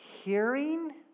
Hearing